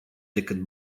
decât